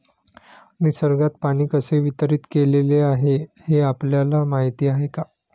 निसर्गात पाणी कसे वितरीत केलेले आहे हे आपल्याला माहिती आहे का?